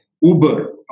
Uber